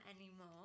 anymore